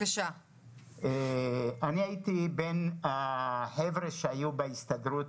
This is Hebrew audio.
אני הייתי בין החבר'ה שהיו בהסתדרות,